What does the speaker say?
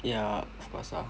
ya of course ah